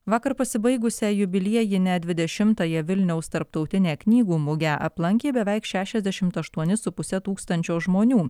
vakar pasibaigusią jubiliejinę dvidešimtąją vilniaus tarptautinę knygų mugę aplankė beveik šešiasdešimt aštuoni su puse tūkstančio žmonių